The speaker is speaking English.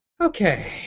Okay